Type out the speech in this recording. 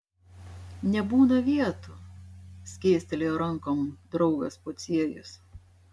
nebūna vietų skėstelėjo rankom draugas pociejus